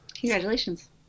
Congratulations